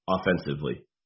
offensively